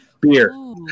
beer